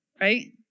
right